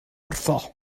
wrtho